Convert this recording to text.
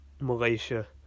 Malaysia